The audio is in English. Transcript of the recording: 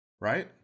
Right